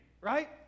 right